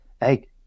hey